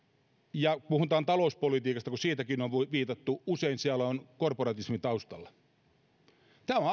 ja kun puhutaan talouspolitiikasta kun siihenkin on viitattu usein siellä on korporatismi taustalla tämä